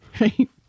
Right